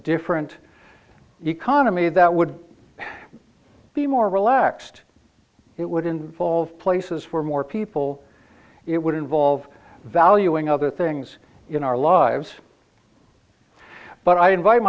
different economy that would be more relaxed it would involve places for more people it would involve valuing other things in our lives but i invite